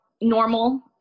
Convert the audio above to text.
normal